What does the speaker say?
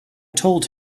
told